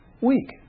weak